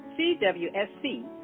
CWSC